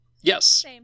Yes